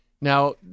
Now